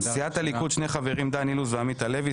סיעת הליכוד שני חברים: דן אילוז ועמית הלוי.